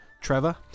Trevor